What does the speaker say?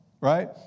right